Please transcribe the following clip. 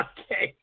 Okay